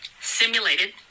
simulated